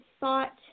thought